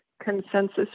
consensus